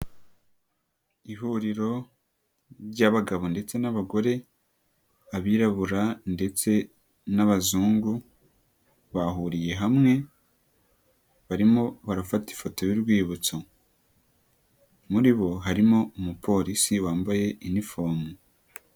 Ihuriro ry'abagabo ndetse n'abagore, abirabura ndetse n'abazungu, bahuriye hamwe barimo barafata ifoto y'urwibutso. Muri bo harimo umupolisi wambaye inifomu.